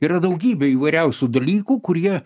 yra daugybė įvairiausių dalykų kurie